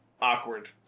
Awkward